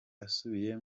asubiye